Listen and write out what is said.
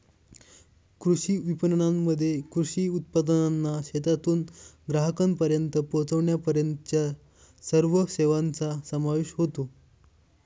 कृषी विपणनामध्ये कृषी उत्पादनांना शेतातून ग्राहकांपर्यंत पोचविण्यापर्यंतच्या सर्व सेवांचा समावेश होतो